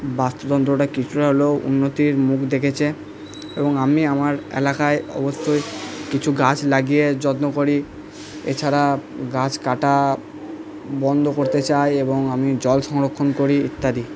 বাস্তুতন্ত্রটা কিছুটা হলেও উন্নতির মুখ দেখেছে এবং আমি আমার এলাকায় অবশ্যই কিছু গাছ লাগিয়ে যত্ন করি এছাড়া গাছ কাটা বন্ধ করতে চাই এবং আমি জল সংরক্ষণ করি ইত্যাদি